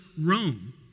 Rome